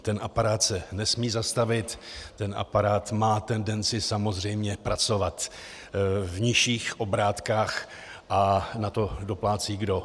Ten aparát se nesmí zastavit, ten aparát má tendenci samozřejmě pracovat v nižších obrátkách a na to doplácí kdo?